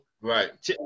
Right